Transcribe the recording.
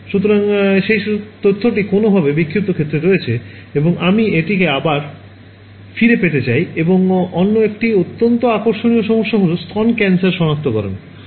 সুতরাং সেই তথ্যটি কোনওভাবে বিক্ষিপ্ত ক্ষেত্রে রয়েছে এবং আমি এটিকে আবার ফিরে পেতে চাই এবং অন্য একটি অত্যন্ত আকর্ষণীয় সমস্যা হল স্তন ক্যান্সার সনাক্তকরণ